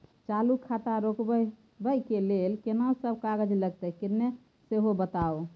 चालू खाता खोलवैबे के लेल केना सब कागज लगतै किन्ने सेहो बताऊ?